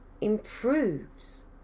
improves